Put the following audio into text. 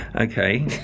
okay